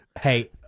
Hey